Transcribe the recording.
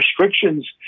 restrictions